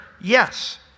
Yes